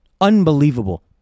Unbelievable